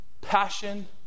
passion